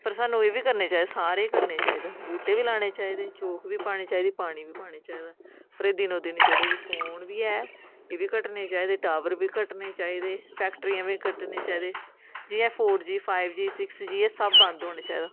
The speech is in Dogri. पर सानूं एह् बी करने चाहिदे सारे करने चाहिदे बूह्टे बी लाने चाहिदे चोग बी पानी चाहिदी पानी बी पाना चाहिदा पर एह् दिनो दिन जेह्ड़े फोन बी ऐ एह् बी घटने चाहिदे टावर बी घटने चाहिदे फैक्ट्रियां बी घटने चाहिदे जियां four G five G six G एह् सब बंद होने चाहिदा